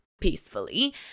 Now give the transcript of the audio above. peacefully